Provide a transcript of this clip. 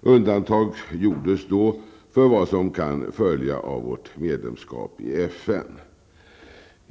Undantag gjordes då för vad som kan följa av vårt medlemskap i FN.